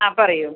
ആ പറയൂ